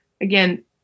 again